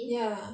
ya